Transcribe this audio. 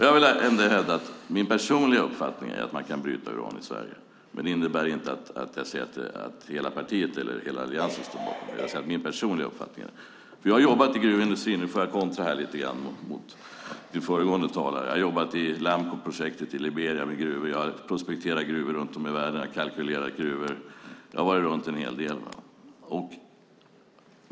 Jag vill ändå hävda att min personliga uppfattning är att man kan bryta uran i Sverige, men det innebär inte att jag säger att hela partiet eller hela Alliansen står bakom det. Nu får jag kontra lite grann mot en tidigare talare. Jag har jobbat i Lamcoprojektet i Liberia med gruvor. Jag har prospekterat och kalkylerat gruvor runt om i världen. Jag har varit runt en hel del.